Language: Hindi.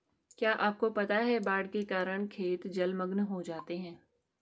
क्या आपको पता है बाढ़ के कारण खेत जलमग्न हो जाते हैं?